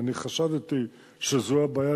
אני חשדתי שזו הבעיה,